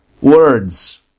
Words